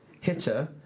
hitter